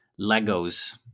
Legos